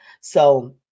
So-